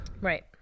Right